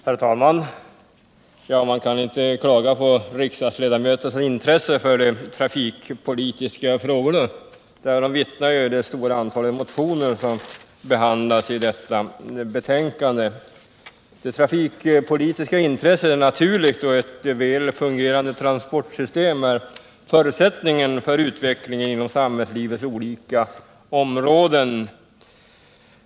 Herr talman! Man kan inte klaga på riksdagsledamöternas intresse för de trafikpolitiska frågorna. Om det intresset vittnar det stora antalet motioner som behandlas i detta betänkande. Det trafikpolitiska intresset är naturligt, då ett väl fungerande transportsystem är förutsättningen för utvecklingen inom samhällslivets olika områden.